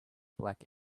black